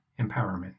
empowerment